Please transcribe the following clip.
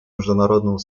международного